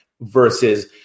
versus